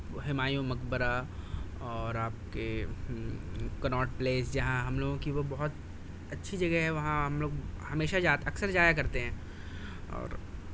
ہمایوں مقبرہ اور آپ کے کناٹ پلیس جہاں ہم لوگوں کی وہ بہت اچھی جگہ ہے وہاں ہم لوگ ہمیشہ جاتے اکثر جایا کرتے ہیں اور